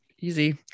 easy